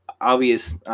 obvious